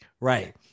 right